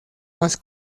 más